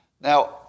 Now